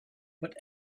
but